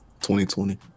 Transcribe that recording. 2020